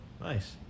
Nice